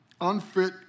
unfit